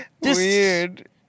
Weird